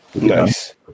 Nice